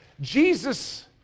Jesus